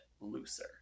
looser